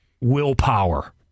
willpower